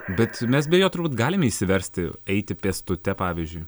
bet mes be jo turbūt galime išsiversti eiti pėstute pavyzdžiui